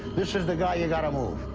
this is the guy you got to move.